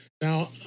Now